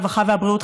הרווחה והבריאות,